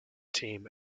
team